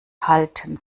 halten